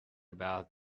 about